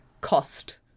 cost